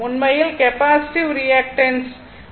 உண்மையில் capacitive reactance 1ωc ஆகும்